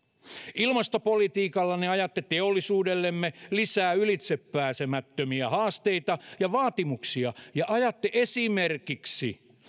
ilmastopolitiikallanne ajatte teollisuudellemme lisää ylitsepääsemättömiä haasteita ja vaatimuksia ja ajatte esimerkiksi